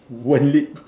one leg